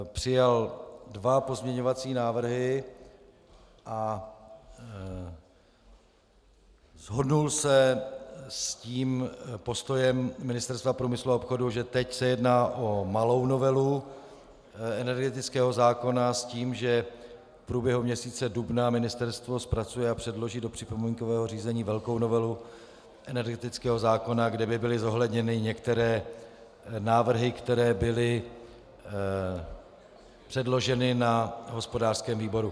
Přijal dva pozměňovací návrhy a shodl se s postojem Ministerstva průmyslu a obchodu, že teď se jedná o malou novelu energetického zákona s tím, že v průběhu měsíce dubna ministerstvo zpracuje a předloží do připomínkového řízení velkou novelu energetického zákona, kde by byly zohledněny některé návrhy, které byly předloženy na hospodářském výboru.